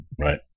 right